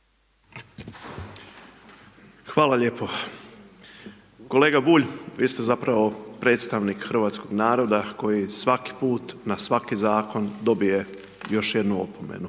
Hvala lijepo. Kolega Bulj, vi ste zapravo predstavnik hrvatskog naroda, koji svaki put na svaki zakon dobije još jednu opomenu.